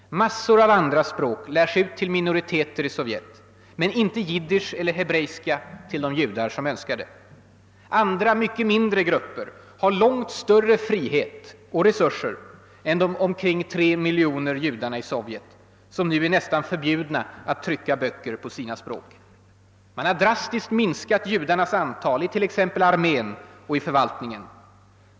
Massor av andra språk lärs ut till minoriteter — men inte jiddisch eller hebreiska till de judar som önskar det. Andra mycket mindre grupper har långt större frihet och resurser än de omkring tre miljoner judarna i Sovjet, som nu är nästan förbjudna att trycka böcker på sina språk. Man har drastiskt minskat judarnas antal i t.ex. armén och förvaltningen.